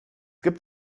gibt